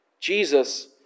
Jesus